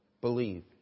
believe